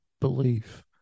belief